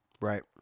Right